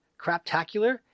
Craptacular